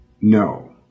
no